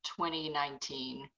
2019